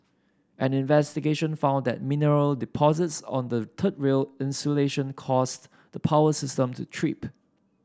an investigation found that mineral deposits on the third rail insulation caused the power system to trip